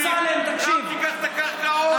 גם תיקח את הקרקעות,